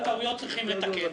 וטעויות צריך לתקן".